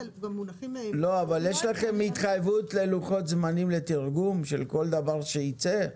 אבל יש לכם התחייבות ללוחות זמנים לתרגום של כל דבר שיצא?